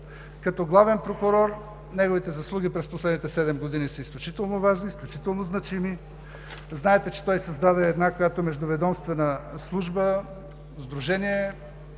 Като главен прокурор неговите заслуги през последните седем години са изключително важни, изключително значими. Знаете, че той създаде една междуведомствена служба, сдружение,